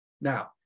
Now